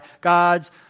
God's